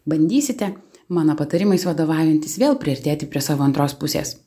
bandysite mano patarimais vadovaujantis vėl priartėti prie savo antros pusės